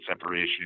separation